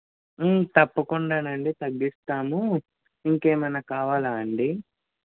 తప్పకుండా అండి తగ్గిస్తాము ఇంకేమైనా కావాలా అండి